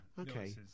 Okay